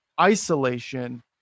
isolation